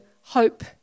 hope